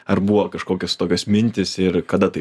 ar buvo kažkokios tokios mintys ir kada tai